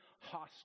hostile